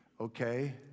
Okay